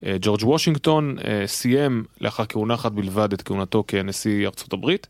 ג'ורג' וושינגטון סיים לאחר כהונה אחת בלבד את כהונתו כנשיא ארה״ב